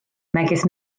megis